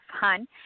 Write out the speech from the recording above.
fun